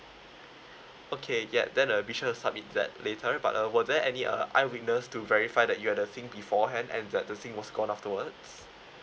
okay ya then uh be sure to submit that later but uh were there any uh eyewitness to verify that you had the thing beforehand and the the thing was gone afterwards